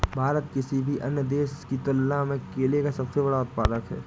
भारत किसी भी अन्य देश की तुलना में केले का सबसे बड़ा उत्पादक है